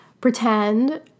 pretend